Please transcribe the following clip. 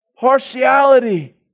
partiality